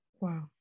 Wow